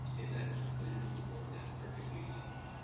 if that's the sense of the board, that's perfectly acceptable.